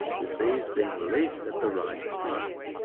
with these being released at the right time.